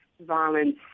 violence